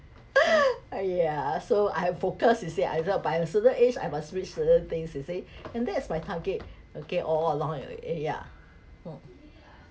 uh ya so I focus you see I thought by a certain age I must reach certain things you see and that's my target okay along eh yeah mm